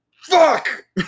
Fuck